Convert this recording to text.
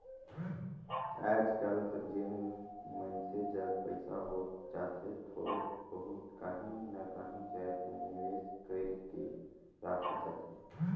आएज काएल जेन मइनसे जग पइसा होत जाथे थोरोक बहुत काहीं ना काहीं जाएत में निवेस कइर के राखत जाथे